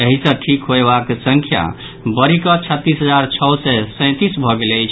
एहि सँ ठीक होयबाक संख्या बढ़िकऽ छत्तीस हजार छओ सय सैंतीस भऽ गेल अछि